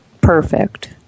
perfect